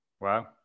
Wow